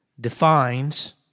defines